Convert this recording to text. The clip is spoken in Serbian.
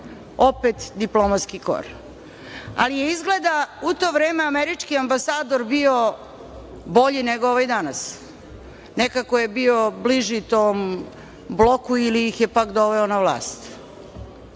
Opet diplomatski kor. Ali je, izgleda, u to vreme američki ambasador bio bolji nego ovaj danas. Nekako je bio bliži tom bloku ili ih je, pak, doveo na vlast.